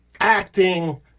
acting